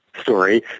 story